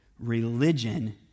Religion